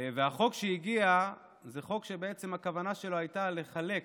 והחוק שהגיע זה חוק שבעצם הכוונה שלו הייתה לחלק